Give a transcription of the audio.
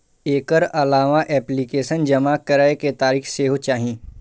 एकर अलावा एप्लीकेशन जमा करै के तारीख सेहो चाही